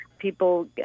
people